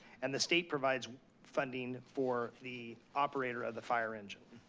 and the state provides funding for the operator of the fire engine.